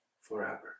forever